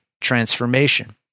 transformation